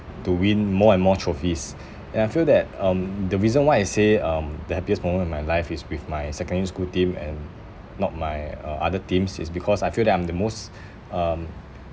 to win more and more trophies and I feel that um the reason why I say um the happiest moment in my life is with my secondary school team and not my uh other teams is because I feel that I'm the most um